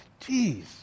Jeez